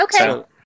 Okay